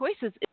choices